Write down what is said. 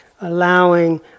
allowing